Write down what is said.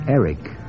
Eric